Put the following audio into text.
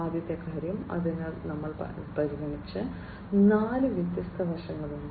ആദ്യത്തെ കാര്യം അതിനാൽ ഞങ്ങൾ പരിഗണിച്ച നാല് വ്യത്യസ്ത വശങ്ങളുണ്ട്